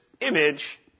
image